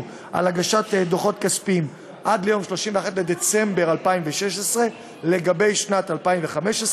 על הגשת דוחות כספיים עד יום 31 בדצמבר 2016 לגבי שנת 2015,